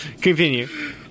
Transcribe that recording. Continue